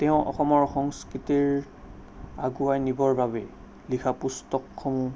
তেওঁ অসমৰ সংস্কৃতিৰ আগুৱাই নিবৰ বাবেই লিখা পুস্তকসমূহ